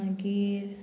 मागीर